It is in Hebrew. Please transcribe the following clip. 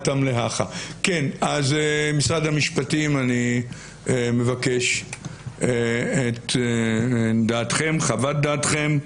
אז משרד המשפטים, אני מבקש את דעתם, חוות דעתכם,